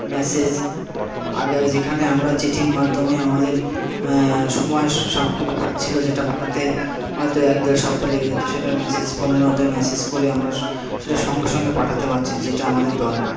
message আগে আগে যেখানে আমরা চিঠির মাধ্যমে আমাদের সময়ের সাপেক্ষ ব্যবহার ছিল যেটা পাঠাতে হয়তো এক দেড় সপ্তাহ লেগে যেত সেটাই মেসেজ ফোনের মাধ্যমে মেসেজ করে আমরা সেটা সঙ্গে সঙ্গে পাঠাতে পারছি যেটা আমাদের দরকার